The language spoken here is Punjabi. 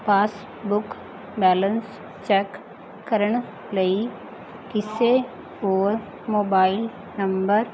ਪਾਸਬੁੱਕ ਬੈਲੈਂਸ ਚੈੱਕ ਕਰਨ ਲਈ ਕਿਸੇ ਹੋਰ ਮੋਬਾਈਲ ਨੰਬਰ